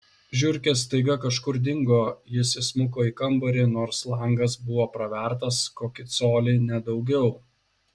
žiurkės staiga kažkur dingo jis įsmuko į kambarį nors langas buvo pravertas kokį colį ne daugiau